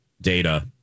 data